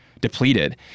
depleted